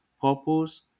purpose